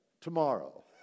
tomorrow